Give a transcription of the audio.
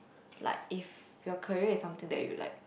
like if your career is something that you like